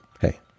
hey